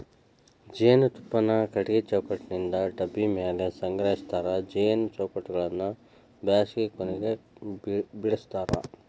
ಜೇನುತುಪ್ಪಾನ ಕಟಗಿ ಚೌಕಟ್ಟನಿಂತ ಡಬ್ಬಿ ಮ್ಯಾಲೆ ಸಂಗ್ರಹಸ್ತಾರ ಜೇನು ಚೌಕಟ್ಟಗಳನ್ನ ಬ್ಯಾಸಗಿ ಕೊನೆಗ ಬಿಡಸ್ತಾರ